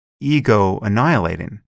ego-annihilating